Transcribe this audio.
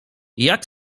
jak